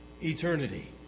eternity